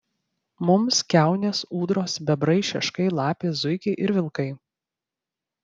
mums kiaunės ūdros bebrai šeškai lapės zuikiai ir vilkai